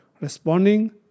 responding